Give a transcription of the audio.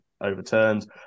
overturned